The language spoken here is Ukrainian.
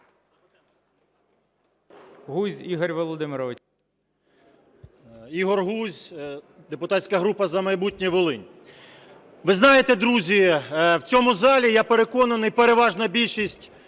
Ви знаєте, друзі, в цьому залі, я переконаний, переважна більшість